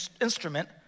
instrument